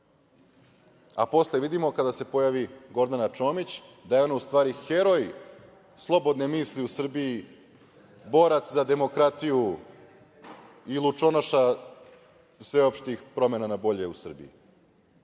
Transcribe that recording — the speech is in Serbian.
a posle vidimo, kada se pojavi Gordana Čomić da je ona u stvari heroj slobodne misli u Srbiji, borac za demokratiju i lučonoša sveopštih promena na bolje u Srbiji.